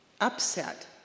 upset